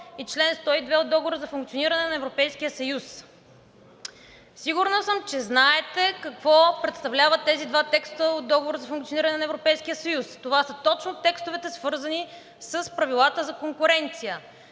и чл. 102 от Договора за функциониране на Европейския съюз.“ Сигурна съм, че знаете какво представляват тези два текста от Договора за функциониране на Европейския съюз. Това са точно текстовете, свързани с правилата за конкуренция,